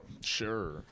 Sure